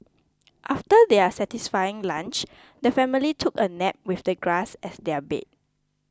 after their satisfying lunch the family took a nap with the grass as their bed